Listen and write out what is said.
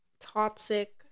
toxic